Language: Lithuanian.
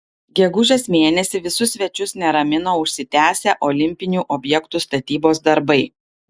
gegužės mėnesį visus svečius neramino užsitęsę olimpinių objektų statybos darbai